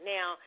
Now